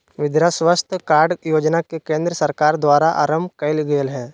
मृदा स्वास्थ कार्ड योजना के केंद्र सरकार द्वारा आरंभ कइल गेल हइ